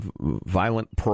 violent